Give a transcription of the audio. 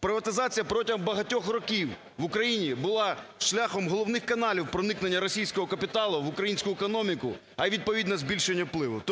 Приватизація протягом багатьох років в Україні була шляхом головних каналів проникнення російського капіталу в українську економіку, а, відповідно, збільшення впливу.